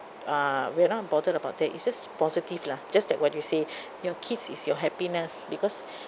uh we're not bothered about that it's just positive lah just that what you say your kids is your happiness because